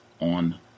on